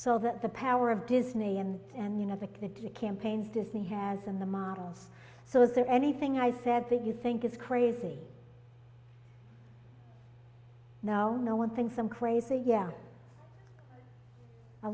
so that the power of disney and and you know the critic campaigns disney has in the models so is there anything i said that you think is crazy now no one thinks i'm crazy yeah a